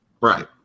Right